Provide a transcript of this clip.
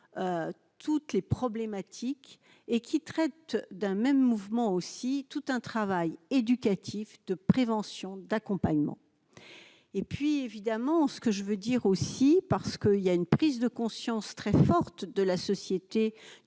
toutes les problématiques et qui traitent d'un même mouvement aussi tout un travail éducatif de prévention, d'accompagnement et puis évidemment ce que je veux dire aussi parce que il y a une prise de conscience très forte de la société